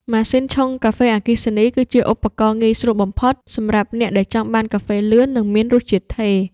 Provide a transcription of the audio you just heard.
ម៉ាស៊ីនឆុងកាហ្វេអគ្គិសនី គឺជាឧបករណ៍ងាយស្រួលបំផុតសម្រាប់អ្នកដែលចង់បានកាហ្វេលឿន និងមានរសជាតិថេរ។